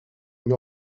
une